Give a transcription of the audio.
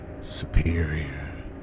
superior